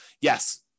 yes